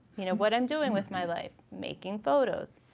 you know, what i'm doing with my life, making photos.